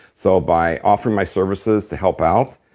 so by offering my services to help out,